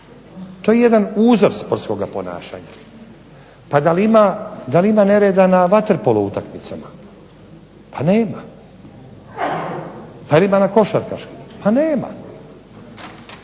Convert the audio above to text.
To je jedan uzor sportskoga ponašanja. Pa da li ima, da li ima nereda na vaterpolo utakmicama? Pa nema. Da li ima na košarkaškim? Pa nema.